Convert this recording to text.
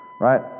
Right